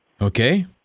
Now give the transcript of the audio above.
Okay